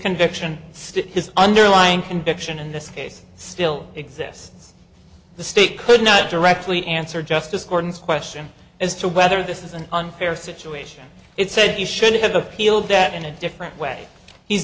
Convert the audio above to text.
conviction still his underlying conviction in this case still exists the state could not directly answer justice corns question as to whether this is an unfair situation it said you should have appealed that in a different way he's